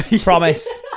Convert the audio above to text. Promise